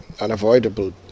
unavoidable